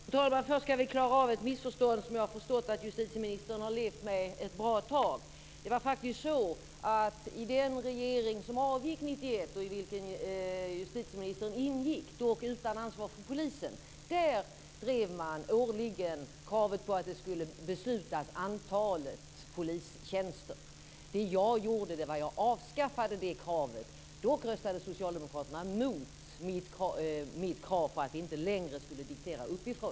Fru talman! Först ska vi klara av ett missförstånd som jag har förstått att justitieministern har levt med ett bra tag. Det var faktiskt så att i den regering som avgick 1991, och i vilken justitieministern ingick, dock utan ansvar för polisen, drev man årligen kravet på att det skulle fattas beslut om antalet polistjänster. Det jag gjorde var att jag avskaffade det kravet. Dock röstade socialdemokraterna mot mitt krav på att vi inte längre skulle diktera uppifrån.